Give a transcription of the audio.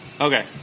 Okay